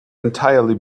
entirely